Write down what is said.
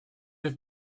have